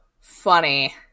funny